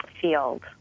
field